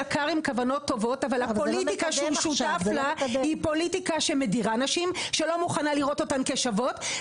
אני מאוד מצטערת אי אפשר לשים בצד את הפוליטיקה.